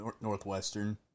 Northwestern